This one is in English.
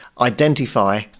identify